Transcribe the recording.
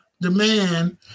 demand